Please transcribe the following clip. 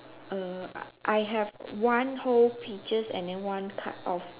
err I I have one whole peaches and then one cut off